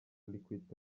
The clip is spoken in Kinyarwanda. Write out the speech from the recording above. liquid